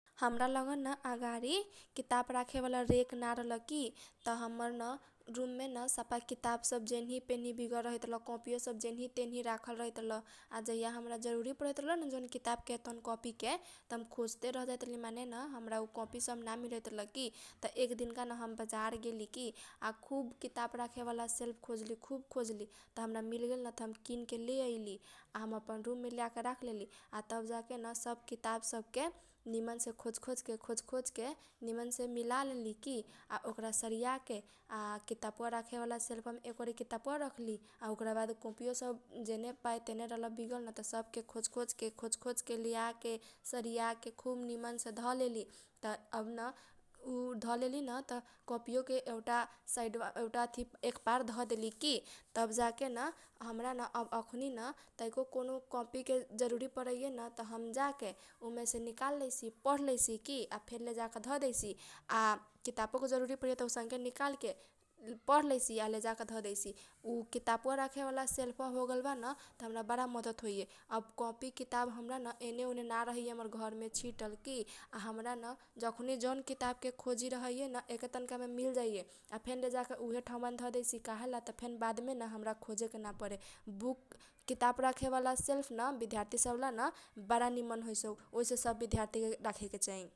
हमरा लगन न अगाडि किताब राखे बाला रेक ना रहल की त हमर न रूममे न सफा किताब सब जेनही तेनही बिगल रहैत रहल। कोपीयो सब जेनही तेनही राखल रहैत रहल आ जहिया हमरा जरूरी परैत रहलन जौन किताब के कोपीके त हम खोजते रहजाइत रहली मानेन उ हमरा उ कोपी सब ना मिलैत रहल की त एक दिनका न हम बजार गेलीकी आ खुब किताब राखे बाला सेलफ खोजली खुब खोजली। त हमरा मिलगेन त हम किनके लेअइली आ हम अपन रूममे लेआ के राख लेली आ तब जाके न सब किताब सबके निमनसे खोज खोजके खोज खोजके निमनसे मिलालेली की आ ओकरा सरिया के आ किताब बा राखे बाला सेलफवा मे एक ओरी किताब बा राखली ओकरा बाद कैपीयो सब जेने पाए तेने रहल बिगलन त सब के खोज खोजके खोज खोजके लेआके सरियाके खुब निमन से धलेली त अब न उ धलेली न त कोपीयो के एउटा साइडवा मे एउटा एक पार धदेली की । तब जाके न हमरा न अब अखुनीन तैको कौनौ कोपीके जरूरी परैयेन त हमजाके उ मेसे निकाल लेइसी पढ लेइसी की आ बेन लेजाके धदैसी । आ किताब बोके जरूरी परैयेन त औसनके निकालके पढ लैसी आ लेजाके धदैसी उ किताब बा राखे बाला सेलफवा होगेल बि न । त हमरा बारा मदत होइये अब कोपी किताब हमरा न एने ओने ना रहैये ज्ञमर घरमे छिटल की आ हमरा न जखुनी जौन किताब के खोजी रहैयेन एके तनकामे मिल जाइये । आ फेन लेजाके उहे ठाउँबामे धदैसी त काहेला बादमेन हमरा न खोजेके ना परे बुक किताब राखे बाला सेलफ न बिधार्थी सबला न बारा निमन होइसौ। ओइसे सब बिधार्थी सबके राखेके चाही।